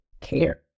care